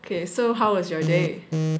okay so how was your day